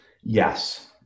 yes